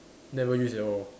never use at all